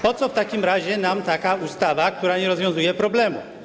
Po co w takim razie nam taka ustawa, która nie rozwiązuje problemu?